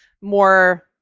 more